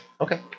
Okay